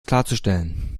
klarzustellen